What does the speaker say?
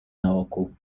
naokół